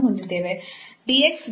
2 0